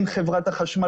הן חברת החשמל,